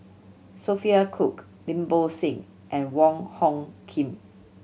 Sophia Cooke Lim Bo Seng and Wong Hung Khim